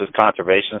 Conservation